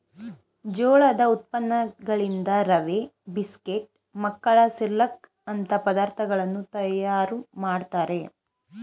ಜೋಳದ ಉತ್ಪನ್ನಗಳಿಂದ ರವೆ, ಬಿಸ್ಕೆಟ್, ಮಕ್ಕಳ ಸಿರ್ಲಕ್ ಅಂತ ಪದಾರ್ಥಗಳನ್ನು ತಯಾರು ಮಾಡ್ತರೆ